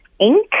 Inc